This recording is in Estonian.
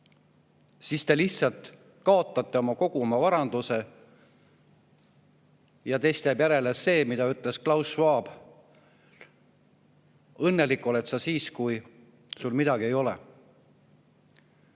siis te lihtsalt kaotaksite kogu oma varanduse ja teist jääks järele see, mida ütles Klaus Schwab: õnnelik oled sa siis, kui sul midagi ei ole.